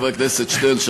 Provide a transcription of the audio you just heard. חבר הכנסת שטרן,